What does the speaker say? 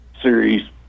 Series